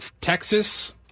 Texas